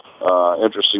Interesting